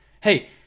Hey